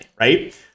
Right